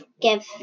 give